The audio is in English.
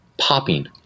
Popping